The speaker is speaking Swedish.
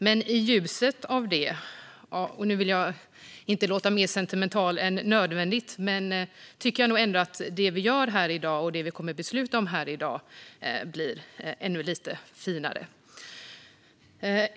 Men i ljuset av detta, och jag ska inte låta mer sentimental än nödvändigt, tycker jag ändå att det som vi gör här i dag och kommer att besluta om här i dag blir ännu lite finare.